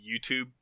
YouTube